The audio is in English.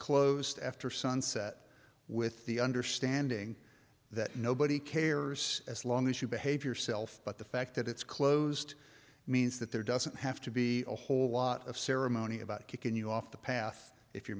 closed after sunset with the understanding that nobody cares as long as you behave yourself but the fact that it's closed means that there doesn't have to be a whole lot of ceremony about kicking you off the path if you're